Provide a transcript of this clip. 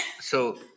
So-